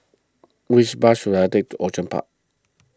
which bus should I take to Outram Park